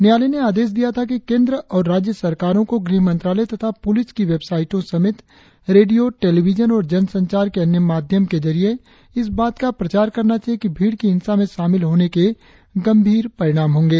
न्यायालय ने आदेश दिया था कि केंद्र आर राज्य सरकारों को गृह मंत्रालय तथा पुलिस की वेबसाइटों समेत रेडियो टेलीविजन और जनसंचार के अन्य माध्यम के जरिए इस बात का प्रचार करना चाहिए कि भीड़ की हिंसा में शामिल होने के गंभीर दुष्परिणाम होंगे